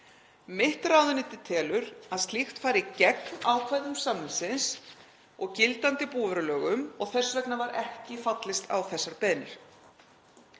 Mitt ráðuneyti telur að slíkt fari gegn ákvæðum samningsins og gildandi búvörulögum og þess vegna var ekki fallist á þessar beiðnir.